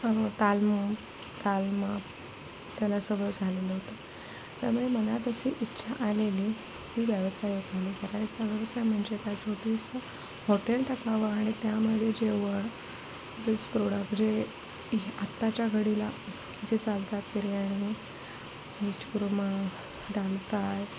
त्याला सगळं झालेलं होतं त्यामुळे मला तशी इच्छा आलेली की व्यवसाय करायचा व्यवसाय म्हणजे हॉटेल टाकावं आणि त्यामध्ये जेवढे प्रोडक्ट जे आत्ताच्या घडीला जे चालतात बिर्याणी व्हेज कुर्मा डाल फ्राय